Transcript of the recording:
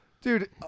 Dude